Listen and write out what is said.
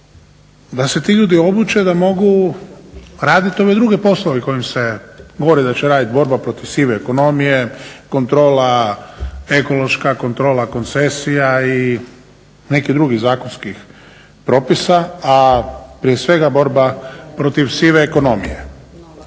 da se ti ljudi obuće da mogu raditi ove druge poslove kojim se govori da će raditi, borba protiv sive ekonomije, kontrola ekološka, kontrola koncesija i nekih drugih zakonskih propisa a prije svega borba protiv sive ekonomije.